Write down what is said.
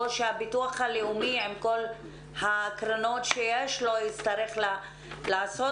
או שהביטוח הלאומי עם כל הקרנות שיש לו יצטרך לעשות